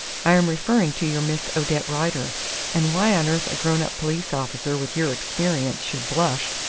i am referring to your miss odette rider and why on earth a grown-up police officer with your experience should blush,